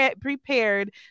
prepared